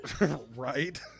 Right